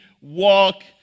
walk